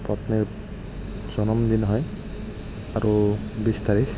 পত্নীৰ জনমদিন হয় আৰু বিছ তাৰিখ